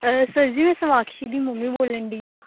sir ji ਮੈਂ ਸਮਾਕਸ਼ੀ ਦੀ mummy ਬੋਲਣ ਡੀ ਹਾਂ